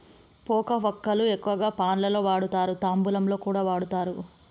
పోక వక్కలు ఎక్కువగా పాన్ లలో వాడుతారు, తాంబూలంలో కూడా వాడుతారు